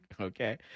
Okay